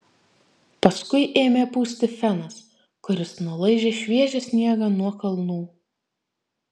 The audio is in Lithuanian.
paskui ėmė pūsti fenas kuris nulaižė šviežią sniegą nuo kalnų